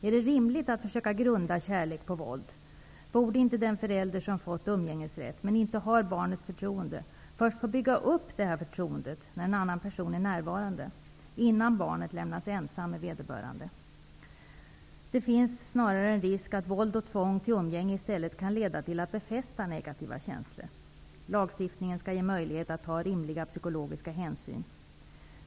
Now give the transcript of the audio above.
Är det rimligt att försöka grunda kärlek på våld? Borde inte den förälder som fått umgängesrätt, men inte har barnets förtroende, först bygga upp detta förtroende när en annan person är närvarande, innan barnet lämnas ensamt med vederbörande? Det finns snarare risk för att våld och tvång till umgänge i stället kan leda till att befästa negativa känslor. Lagstiftningen skall ge möjlighet att ta rimliga psykologiska hänsyn.